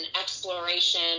exploration